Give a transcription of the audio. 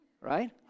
Right